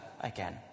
again